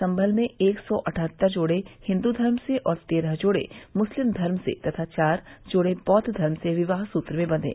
संभल में एक सौ अठहत्तर जोड़े हिन्दू धर्म से और तेरह जोड़े मुस्लिम धर्म से तथा चार जोड़े बौद्ध धर्म से विवाह सूत्र में बंघे